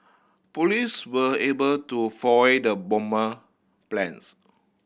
police were able to foil the bomber plans